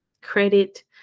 credit